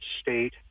state